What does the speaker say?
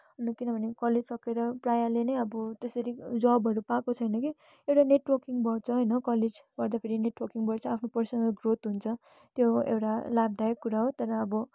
अन्त किनभने कलेज सकेर प्रायःले नै अब त्यसरी जबहरू पाएको छैन के एउटा नेटवर्किङ बढ्छ होइन कलेज पढ्दाखेरि नेटवर्किङ बढ्छ आफ्नो पर्सनल ग्रोथ हुन्छ त्यो एउटा लाभदायक कुरा हो तर अब